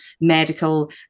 medical